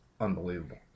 unbelievable